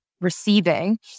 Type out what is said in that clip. receiving